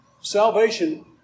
Salvation